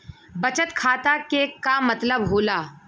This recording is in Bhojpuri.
बचत खाता के का मतलब होला?